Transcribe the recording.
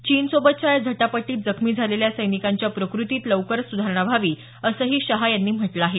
चीनसोबतच्या या झटापटीत जखमी झालेल्या सैनिकांच्या प्रकृतीत लवकर सुधारणा व्हावी असंही शहा यांनी म्हटलं आहे